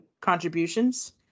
contributions